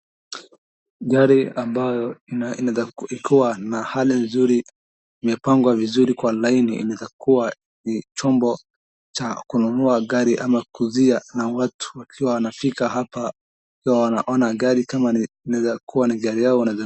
Gari ambayo ikiwa na hali nzuri imepangwa vizuri kwa laini inaeza kuwa ni chombo cha kununua gari ama kuuzia na watu wakiwa wanafika hapa, wakiwa wanaona gari kama inaeza kuwa ni gari yao.